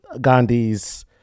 gandhi's